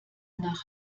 nach